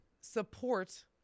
support